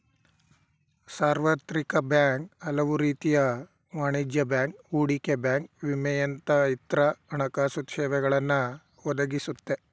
ಸಾರ್ವತ್ರಿಕ ಬ್ಯಾಂಕ್ ಹಲವುರೀತಿಯ ವಾಣಿಜ್ಯ ಬ್ಯಾಂಕ್, ಹೂಡಿಕೆ ಬ್ಯಾಂಕ್ ವಿಮೆಯಂತಹ ಇತ್ರ ಹಣಕಾಸುಸೇವೆಗಳನ್ನ ಒದಗಿಸುತ್ತೆ